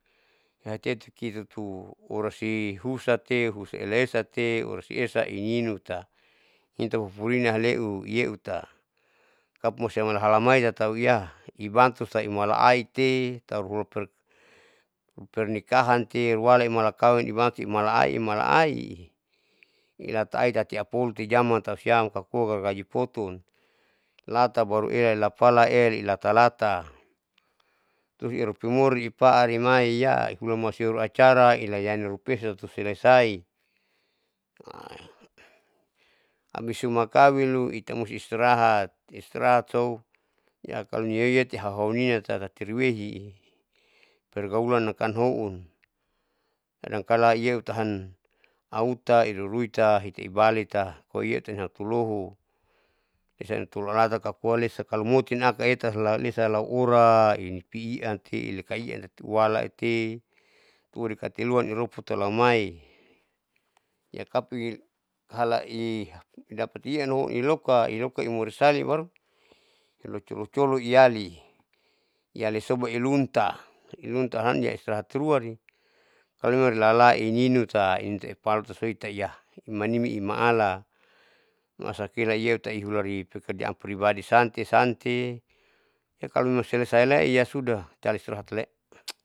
Hatetuti tutu orasi husate husaela esate hosi esa ininuta ipupurina haleu iyeuta kapula malusia halamai atau hiya ibantu taimala aite tauhula ipernikahan te imala imala kaein imala ai imala ai imala ai tatiapoluijaman tausiam pogargaji potun lata baru elali lapala erali lata lata, tuhi erutumuri ikaari maiya lumasuru acara ilayani lotuesa loisai amisuma kawin lu itamusti istirahat istrahat sou hiya kaloni nieueuti ninata tati riwehi pergaulan namkan houn kadang kalah hiyeu tahan auta iruiruita hita ibalita poiyetun hatuloho, esain toluhalata ipoikom bisa kalomotin akaeka lalesa lau ora inipian te ilaka iaan tati ualate uan tatiruan ilopumai iyan kapu halai dapati iian houn, iloka imorisali baru lucolocolo iali iyaliso baru ilunta ilunta ahan iaistrahat luati kalomemang irala ininu ininu epalu tausoita iyah imanimi imaalan masakira iyeuta ihurai pekerjaan pribadi sante sante ya kalomemang selesaile iyasudah cale istirahatle.